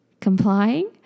complying